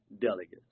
delegates